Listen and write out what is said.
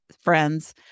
friends